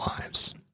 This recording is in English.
lives